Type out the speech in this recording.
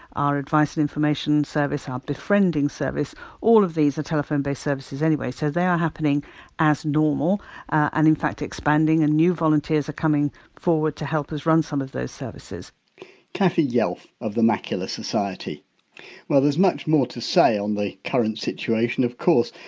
our advice and information service, our befriending service all of these are telephone based services anyway, so, they are happening as normal and in fact expanding and new volunteers are coming forward to help us run some of those services cathy yelf of the macular society well, there's much more to say on the current situation, of course,